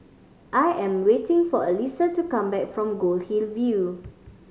I am waiting for Elisa to come back from Goldhill View